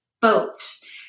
boats